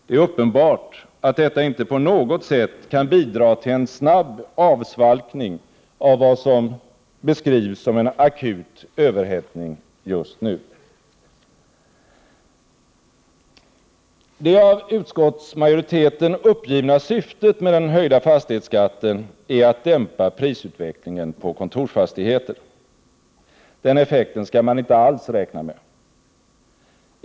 Det är uppenbart att detta inte på något sätt kan bidra till en snabb avsvalkning av vad som beskrivs som en akut överhettning just nu. Det av utskottsmajoriteten uppgivna syftet med den höjda fastighetsskatten är att dämpa prisutvecklingen på kontorsfastigheter. Den effekten skall man inte alls räkna med.